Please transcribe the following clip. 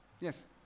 Yes